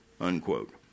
unquote